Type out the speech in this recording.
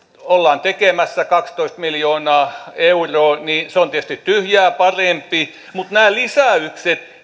ollaan tekemässä kaksitoista miljoonaa euroa ovat tietysti tyhjää parempi mutta nämä lisäykset